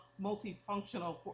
multifunctional